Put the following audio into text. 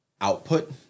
output